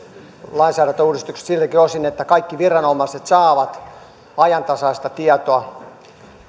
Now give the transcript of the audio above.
lainsäädäntöuudistukset ovat tarpeen siltäkin osin että kaikki viranomaiset saavat ajantasaista tietoa